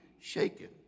shaken